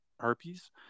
herpes